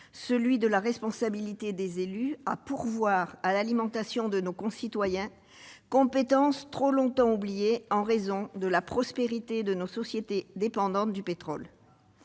champ de la responsabilité des élus, s'agissant de pourvoir à l'alimentation de nos concitoyens, compétence trop longtemps oubliée en raison de la prospérité de nos sociétés dépendantes du pétrole.